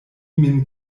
min